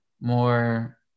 more